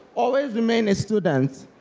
always remain a student.